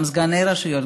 גם סגני רשויות,